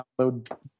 download